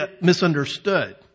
misunderstood